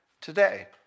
today